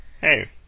Hey